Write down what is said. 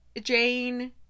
Jane